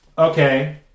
Okay